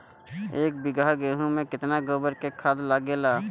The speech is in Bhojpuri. एक बीगहा गेहूं में केतना गोबर के खाद लागेला?